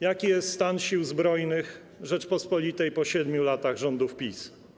Jaki jest stan Sił Zbrojnych Rzeczypospolitej po 7 latach rządów PiS?